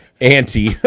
anti